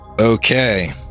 Okay